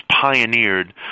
pioneered